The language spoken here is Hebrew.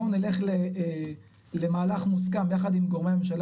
בואו נלך למהלך מוסכם יחד עם גורמי הממשלה